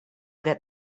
get